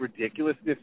ridiculousness